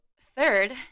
third